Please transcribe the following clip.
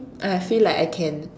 I feel like I can